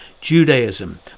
Judaism